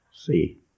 See